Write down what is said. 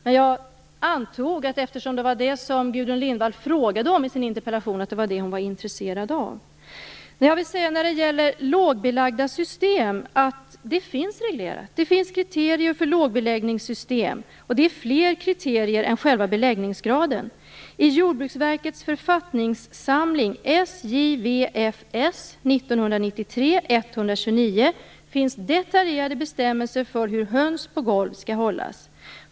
Men jag antog att det var det som Gudrun Lindvall var intresserad av eftersom det var det hon frågade om i sin interpellation. Lågbelagda system finns reglerade. Det finns kriterier för lågbeläggningssystem, och det finns fler kriterier än själva beläggningsgraden. I Jordbruksverkets författningssamling SJVFS 1993:129 finns detaljerade bestämmelser för hur höns på golv skall hållas.